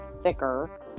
thicker